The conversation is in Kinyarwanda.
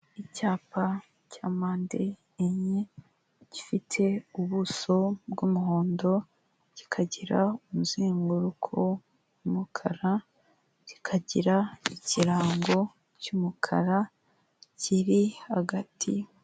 Icyapa cya mpande enye gifite ubuso bw'umuhondo, kikagira umuzenguruko w'umukara, kikagira ikirango cy'umukara kiri hagati.